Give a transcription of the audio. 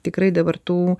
tikrai dabar tų